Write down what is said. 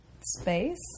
Space